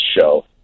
show